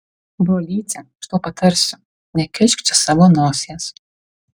brolyti aš tau patarsiu nekišk čia savo nosies